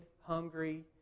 hungry